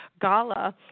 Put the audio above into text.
gala